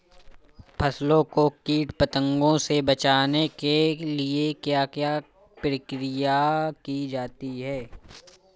फसलों को कीट पतंगों से बचाने के लिए क्या क्या प्रकिर्या की जाती है?